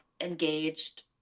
engaged